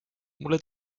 mulle